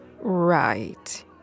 Right